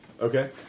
Okay